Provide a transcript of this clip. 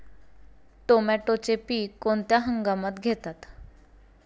टोमॅटोचे पीक कोणत्या हंगामात घेतात?